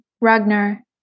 Ragnar